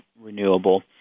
renewable